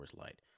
Light